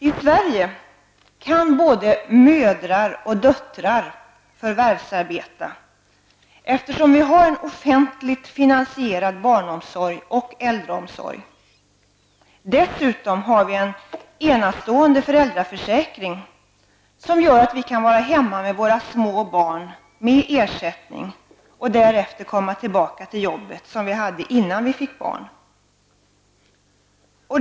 I Sverige kan både mödrar och döttrar förvärvsarbeta, eftersom vi har en offentligt finansierad barnomsorg och äldreomsorg. Dessutom har vi en enastående föräldraförsäkring som gör att vi kan vara hemma med våra små barn med ersättning och därefter komma tillbaka till jobbet, som vi hade innan vi fick barn.